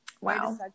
Wow